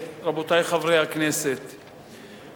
רבותי חברי הכנסת,